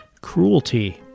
cruelty